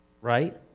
Right